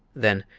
then,